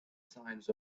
signs